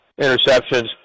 Interceptions